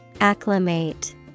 Acclimate